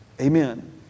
amen